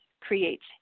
creates